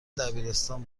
دبیرستان